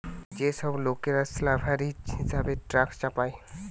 যে সব লোকরা স্ল্যাভেরি হিসেবে ট্যাক্স চাপায়